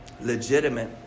legitimate